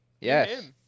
Yes